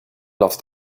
love